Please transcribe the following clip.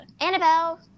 Annabelle